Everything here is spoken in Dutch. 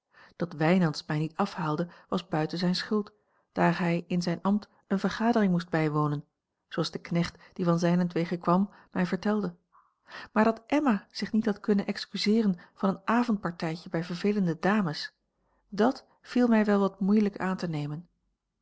dat wijnands mij niet afhaalde was buiten zijne schuld daar hij in zijn ambt eene vergadering moest bijwonen zooals de knecht die van zijnentwege kwam mij vertelde maar dat emma zich niet had kunnen excuseeren van een avondpartijtje bij vervelende dames dat viel mij wel wat moeilijk aan te nemen